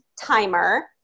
Timer